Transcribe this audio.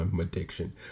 addiction